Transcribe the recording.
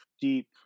deep